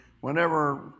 whenever